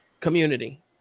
community